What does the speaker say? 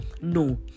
No